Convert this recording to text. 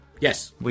Yes